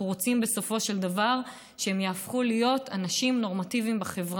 אנחנו רוצים בסופו של דבר שהם יהפכו להיות אנשים נורמטיביים בחברה.